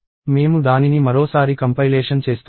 మేము దానిని మరోసారి కంపైలేషన్ చేస్తున్నాము